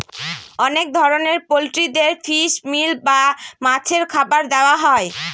অনেক ধরনের পোল্ট্রিদের ফিশ মিল বা মাছের খাবার দেওয়া হয়